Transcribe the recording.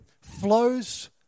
flows